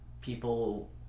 people